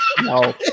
No